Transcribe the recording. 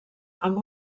amb